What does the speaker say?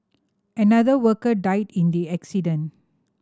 another worker died in the accident